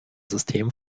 system